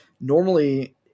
normally